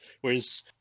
Whereas